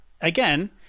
again